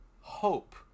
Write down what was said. hope